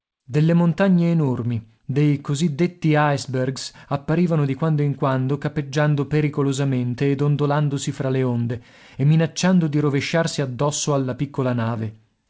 delle montagne enormi dei così detti ice bergs apparivano di quando in quando cappeggiando pericolosamente e dondolandosi fra le onde e minacciando di rovesciarsi addosso alla piccola nave